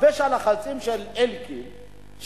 מכבש הלחצים של אלקין,